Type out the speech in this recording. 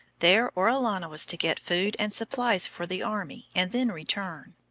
there orellana was to get food and supplies for the army and then return.